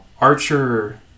archer